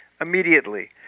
immediately